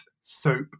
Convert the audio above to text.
soap